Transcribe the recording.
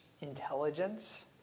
Intelligence